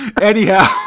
Anyhow